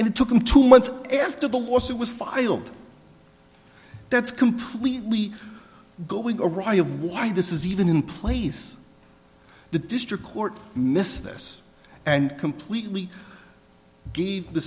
and it took them two months after the lawsuit was filed that's completely going awry of why this is even in place the district court missed this and completely gave the